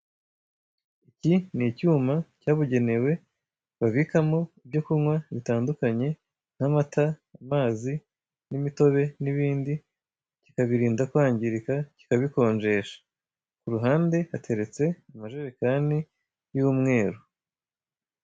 Iki ni icyumba cyabugenewe babikamo ibyo kunywa bitandukanye: nk'amata, amazi, imitobe n'ibindi; kikabirinda kwangirika, kikabikonjesha. Ku ruhande hateretse amajerekani y'umweru.